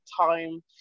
time